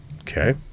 Okay